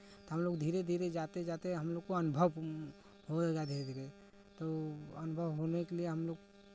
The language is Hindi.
तो हमलोग धीरे धीरे जाते जाते हमलोग को अनुभव हो जाता है धीरे धीरे तो अनुभव होने के लिए हमलोग